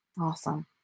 Awesome